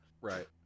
Right